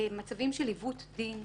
שמצבים של עיוות דין,